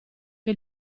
che